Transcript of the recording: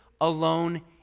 alone